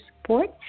support